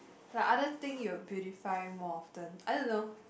like other thing you will beautify more often I don't know